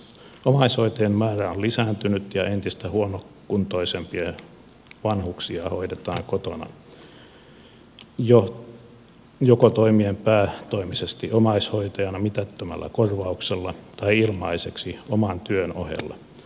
omaishoitajien määrä on lisääntynyt ja entistä huonokuntoisempia vanhuksia hoidetaan kotona joko toimien päätoimisesti omaishoitajana mitättömällä korvauksella tai ilmaiseksi oman työn ohella